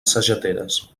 sageteres